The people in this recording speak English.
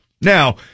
Now